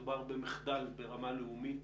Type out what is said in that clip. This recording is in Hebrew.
מדובר במחדל ברמה לאומית